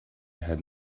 had